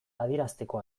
adierazteko